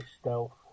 stealth